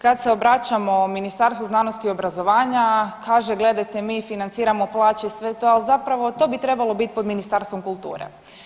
Kada se obraćamo Ministarstvu znanosti i obrazovanja kaže gledajte mi financiramo plaće i sve to, ali zapravo to bi trebalo biti pod Ministarstvom kulture.